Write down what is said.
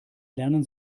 lernen